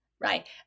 right